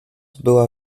była